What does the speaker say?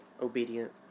obedient